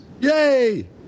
Yay